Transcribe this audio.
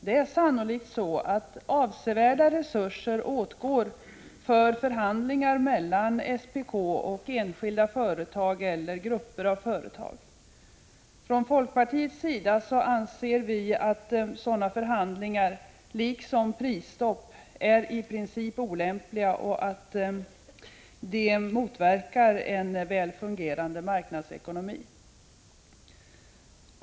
Det är sannolikt så att avsevärda resurser åtgår för förhandlingar mellan SPK och enskilda företag eller grupper av företag. Folkpartiet anser att sådana förhandlingar, liksom prisstopp, i princip är olämpliga och att de motverkar en väl fungerande marknadsekonomi.